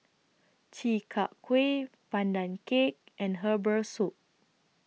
Chi Kak Kuih Pandan Cake and Herbal Soup